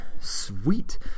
sweet